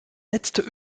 letzte